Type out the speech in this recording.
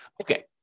Okay